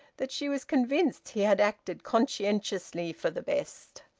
that she was convinced he had acted conscientiously for the best.